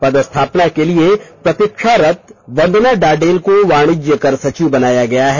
पदस्थापना के लिए प्रतीक्षारत वंदना डाडेल को वाणिज्यकर सचिव बनाया है